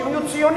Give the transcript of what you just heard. שהם יהיו ציונים.